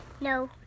No